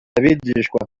abigishwa